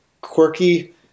quirky